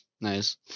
nice